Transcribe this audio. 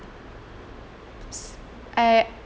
I